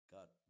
God